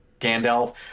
Gandalf